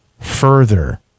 Further